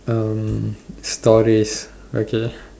um stories okay